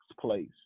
place